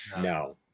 No